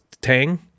Tang